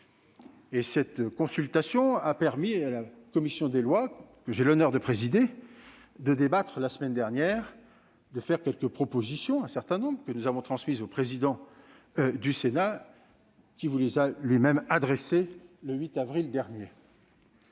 Cette consultation a permis à la commission des lois, que j'ai l'honneur de présider, de débattre la semaine dernière et de formuler un certain nombre de propositions, que nous avons transmises au président du Sénat. Il vous les a lui-même adressées le 8 avril dernier.